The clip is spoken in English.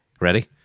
Ready